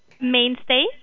Mainstay